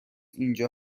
اینجا